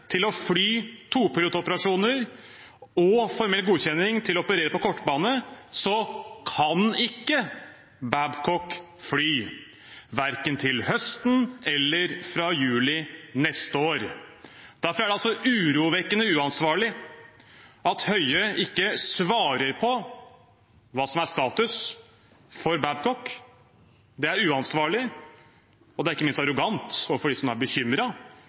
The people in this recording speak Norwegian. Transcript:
til å fly topilotoperasjoner og formell godkjenning til å operere på kortbane kan ikke Babcock fly verken til høsten eller fra juli neste år. Derfor er det urovekkende uansvarlig at Høie ikke svarer på hva som er status for Babcock. Det er uansvarlig, og det er ikke minst arrogant overfor dem som er